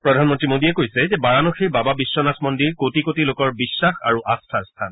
প্ৰধানমন্ত্ৰী মোদীয়ে কৈছে যে বাৰাণসীৰ বাবা বিশ্বনাথ মন্দিৰ কোটি কোটি লোকৰ বিশ্বাস আৰু আস্থাৰ স্থান